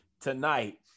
tonight